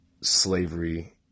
slavery